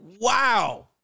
Wow